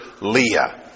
Leah